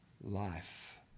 life